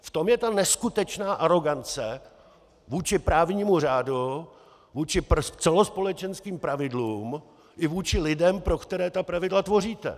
V tom je neskutečná arogance vůči právnímu řádu, vůči celospolečenským pravidlům i vůči lidem, pro které pravidla tvoříte.